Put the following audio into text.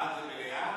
בעד זה מליאה?